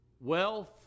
wealth